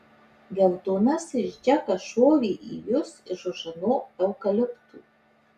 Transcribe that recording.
geltonasis džekas šovė į jus iš už ano eukalipto